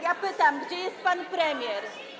Ja pytam, gdzie jest pan premier.